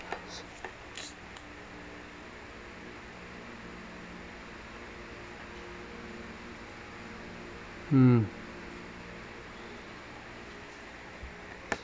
mm